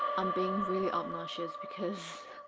um being really obnoxious because